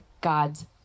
God's